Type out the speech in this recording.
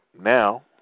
now